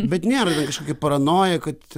bet ne kažkokia paranoja kad